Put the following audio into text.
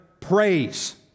praise